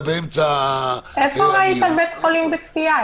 באמצע- -- איפה ראית בית חולים בכפייה?